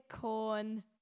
Corn